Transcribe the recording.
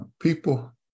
people